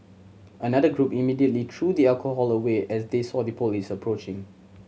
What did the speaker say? another group immediately threw the alcohol away as they saw the police approaching